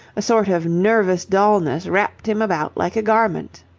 a sort of nervous dullness wrapped him about like a garment.